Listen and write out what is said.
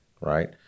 right